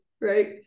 right